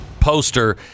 poster